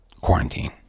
quarantine